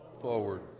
Forward